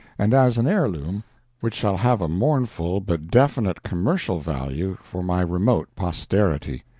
and as an heirloom which shall have a mournful but definite commercial value for my remote posterity.